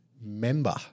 member